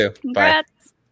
Congrats